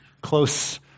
close